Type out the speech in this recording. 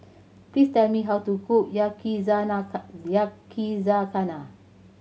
please tell me how to cook Yakizakana